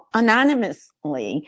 anonymously